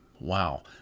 Wow